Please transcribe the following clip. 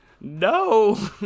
No